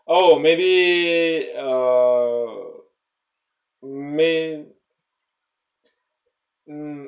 oh maybe uh may~ um